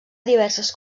diverses